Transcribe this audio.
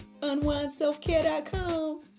unwindselfcare.com